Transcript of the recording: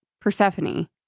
Persephone